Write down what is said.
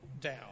down